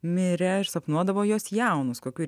mirė ir sapnuodavo juos jaunus kokių